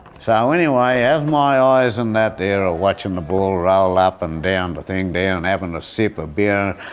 so anyway, as my eyes and that there are watching the ball roll up and down the thing there and having a sip of beer,